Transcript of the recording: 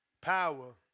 power